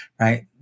right